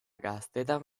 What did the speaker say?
gaztetan